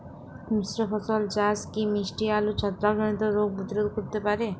মিশ্র ফসল চাষ কি মিষ্টি আলুর ছত্রাকজনিত রোগ প্রতিরোধ করতে পারে?